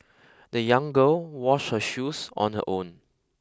the young girl washed her shoes on her own